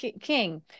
king